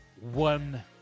one